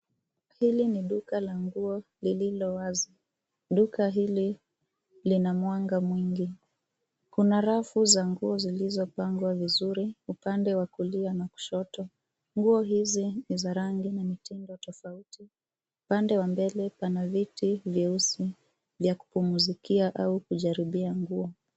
Hili ni duka la nguo lililo wazi. Duka hili lina mwanga mwingi. Kuna rafu za nguo zilizopangwa vizuri upande wa kulia na kushoto. Nguo hizi ni za rangi na mitindo tofauti. Upande wa mbele pana viti vyeusi vya kupumzikia au kujaribia nguo.